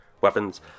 weapons